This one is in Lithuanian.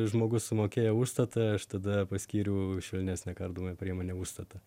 žmogus sumokėjo užstatą aš tada paskyriau švelnesnę kardomąją priemonę užstatą